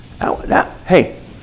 hey